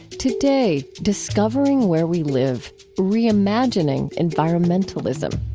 today, discovering where we live reimagining environmentalism.